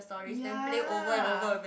ya